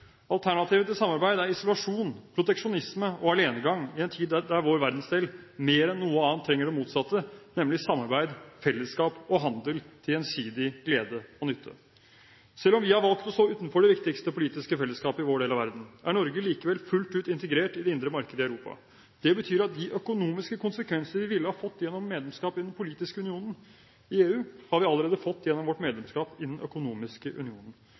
Alternativet til samarbeid er isolasjon, proteksjonisme og alenegang i en tid da vår verdensdel mer enn noe annet trenger det motsatte, nemlig samarbeid, fellesskap og handel til gjensidig glede og nytte. Selv om vi har valgt å stå utenfor det viktigste politiske fellesskapet i vår del av verden, er Norge likevel fullt ut integrert i det indre markedet i Europa. Det betyr at de økonomiske konsekvenser av medlemskap i den politiske unionen i EU har vi allerede fått gjennom vårt medlemskap i den økonomiske unionen.